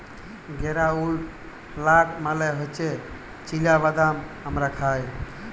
গেরাউলড লাট মালে হছে চিলা বাদাম আমরা খায়